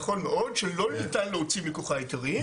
נכון מאוד, שלא ניתן להוציא מכוחה היתרים.